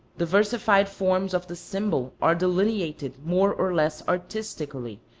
diversified forms of the symbol are delineated more or less artistically,